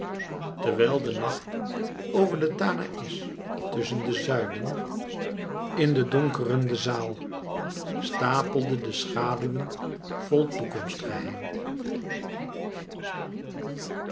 terwijl de nacht over den tanaïs tusschen de zuilen in de donkerende zaal stapelde de schaduwen vol toekomstgeheim